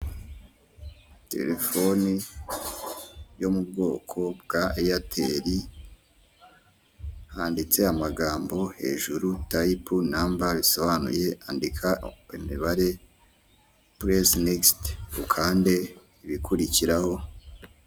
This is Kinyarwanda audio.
Telefoni yo mu bwoko bwa eyateli, handitse amagambo hejuru tayipu namba, bisobanuye andika imibare, puresi nekisite, ukande ibikurikiraho.